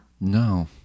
no